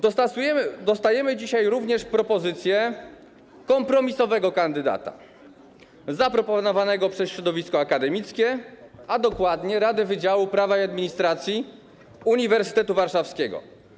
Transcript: Dostajemy dzisiaj również propozycję kompromisowego kandydata, zaproponowanego przez środowisko akademickie, a dokładnie przez Radę Wydziału Prawa i Administracji Uniwersytetu Warszawskiego.